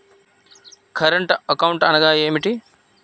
Current account అనగా ఏమిటి?